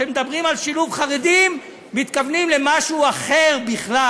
כשמדברים על שילוב חרדים מתכוונים למשהו אחר בכלל.